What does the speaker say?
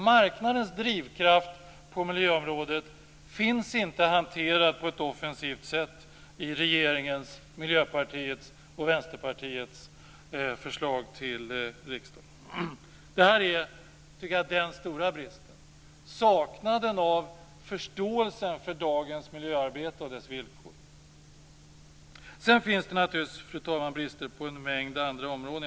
Marknadens drivkraft på miljöområdet hanteras inte på ett offensivt sätt i regeringens, Vänsterpartiets och Miljöpartiets förslag till riksdagen. Däri ligger, tycker jag, den stora bristen. Det handlar alltså om en avsaknad av förståelse för dagens miljöarbete och dess villkor. Sedan finns det naturligtvis också, fru talman, brister på en mängd andra områden.